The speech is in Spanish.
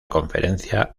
conferencia